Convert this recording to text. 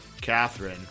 Catherine